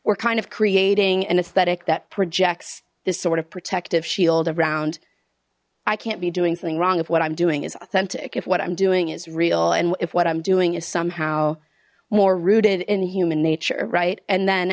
we're kind of creating an aesthetic that projects this sort of protective shield around i can't be doing something wrong if what i'm doing is authentic if what i'm doing is real and if what i'm doing is somehow more rooted in human nature right and then